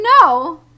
no